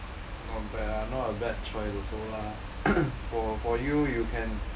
not bad ah not a bad choice also lah for for you you can